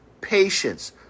patience